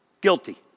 guilty